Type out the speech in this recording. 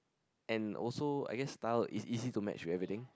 and also I guess style it's easy to match with everything